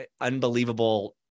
unbelievable